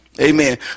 Amen